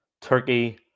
Turkey